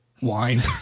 wine